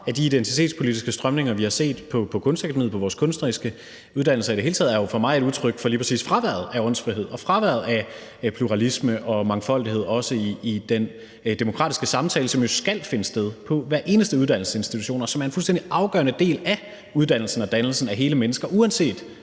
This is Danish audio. af de identitetspolitiske strømninger, vi har set på Kunstakademiet, på vores kunstneriske uddannelser i det hele taget, for mig et udtryk for lige præcis fraværet af åndsfrihed og fraværet af pluralisme og mangfoldighed, også i den demokratiske samtale, som jo skal finde sted på hver eneste uddannelsesinstitution, og som er en fuldstændig afgørende del af uddannelsen og dannelsen af hele mennesker, uanset